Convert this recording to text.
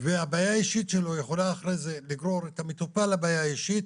והבעיה האישית שלו יכולה לגרור אחרי זה לגרור את המטופל לבעיה האישית,